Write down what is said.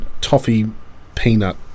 toffee-peanut